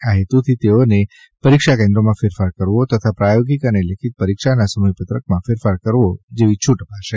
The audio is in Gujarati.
આ હેતુથી તેઓને પરીક્ષા કેન્દ્રોમાં ફેરફાર કરવો અથવા પ્રાયોગિક અને લેખિત પરીક્ષાના સમયપત્રકમાં ફેરફાર કરવો જેવી છુટ અપાશે